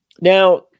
now